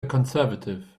conservative